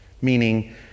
Meaning